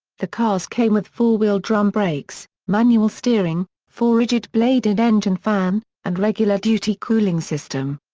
the cars came with four-wheel drum brakes, manual steering, four-rigid-bladed engine fan, and regular-duty cooling system.